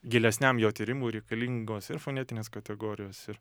gilesniam jo tyrimui reikalingos ir fonetinės kategorijos ir